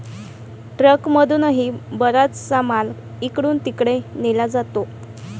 ट्रकमधूनही बराचसा माल इकडून तिकडे नेला जातो